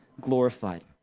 glorified